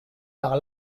par